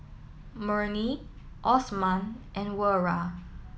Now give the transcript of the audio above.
Murni Osman and Wira